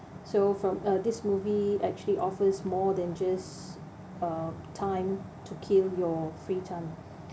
so from uh this movie actually offers more than just uh time to kill your free time